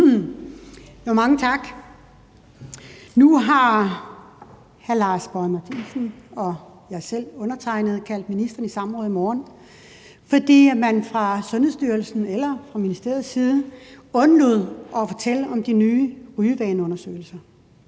(DF): Mange tak. Nu har hr. Lars Boje Mathiesen og undertegnede kaldt ministeren i samråd i morgen, fordi man fra Sundhedsstyrelsens eller fra ministeriets side undlod at fortælle om de nye rygevaneundersøgelser,